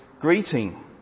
greeting